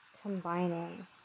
Combining